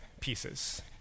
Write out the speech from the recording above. pieces